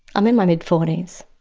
i'm in my mid forty s.